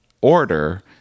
order